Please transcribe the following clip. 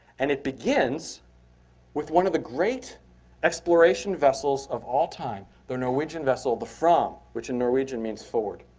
and it begins with one of the great exploration vessels of all time, the norwegian vessel the fram, which in norwegian means forward.